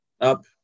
up